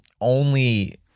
only-